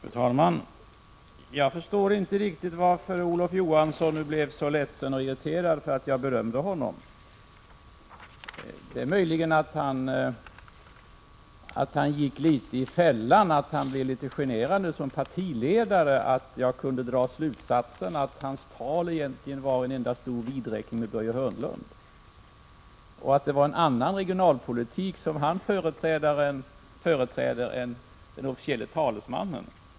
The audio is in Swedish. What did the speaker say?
Fru talman! Jag förstår inte riktigt varför Olof Johansson blev så ledsen och irriterad över att jag berömde honom. Möjligen gick han i fällan och blev litet generad som partiledare över att jag kunde dra slutsatsen att hans tal egentligen var en enda stor vidräkning med Börje Hörnlund och att det är en annan regionalpolitik som han företräder än den officiella talesmannen.